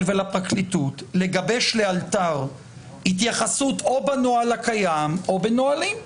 ולפרקליטות לגבש לאלתר התייחסות או בנוהל הקיים או בנהלים.